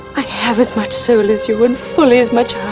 i have as much soul as you and fully as much